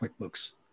QuickBooks